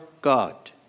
God